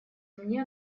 мне